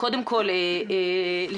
על